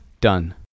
Done